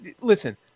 listen